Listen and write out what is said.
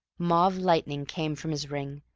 mauve lightning came from his ring,